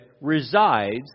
resides